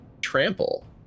Trample